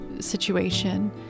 situation